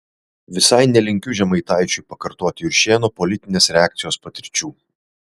visai nelinkiu žemaitaičiui pakartoti juršėno politinės reakcijos patirčių